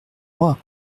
roi